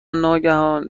ناگهان